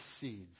seeds